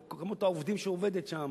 וכמות העובדים שעובדת שם,